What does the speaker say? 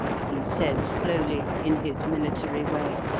he said slowly, in his military way.